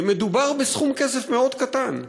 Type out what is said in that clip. מדובר בסכום כסף קטן מאוד.